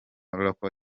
local